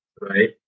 right